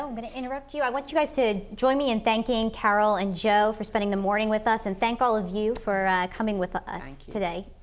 um going to interrupt you. i want you guys to join me in thanking carol and joe for spending the morning with us and thank all of you for coming with ah ah us today.